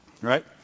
Right